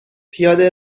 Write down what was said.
پیاده